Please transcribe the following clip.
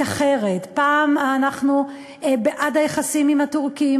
אחרת: פעם אנחנו בעד היחסים עם הטורקים,